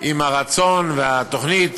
עם הרצון והתוכנית